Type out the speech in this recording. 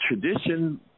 tradition